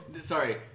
Sorry